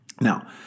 Now